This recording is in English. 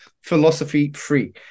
philosophy-free